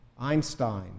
Einstein